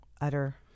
utter